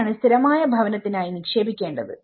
എങ്ങനെയാണ് സ്ഥിരമായ ഭാവനത്തിനായി നിക്ഷേപിക്കേണ്ടത്